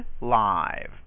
live